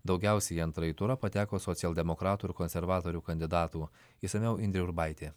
daugiausiai į antrąjį turą pateko socialdemokratų ir konservatorių kandidatų išsamiau indrė urbaitė